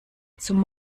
zum